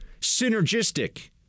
synergistic